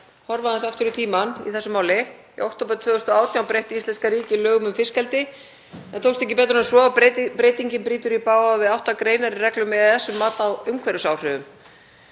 horfa aðeins aftur í tímann í þessu máli. Í október 2018 breytti íslenska ríkið lögum um fiskeldi en tókst ekki betur en svo að breytingin brýtur í bága við átta greinar í reglum EES um mat á umhverfisáhrifum.